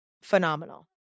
Phenomenal